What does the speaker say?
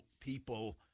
people